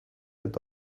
eta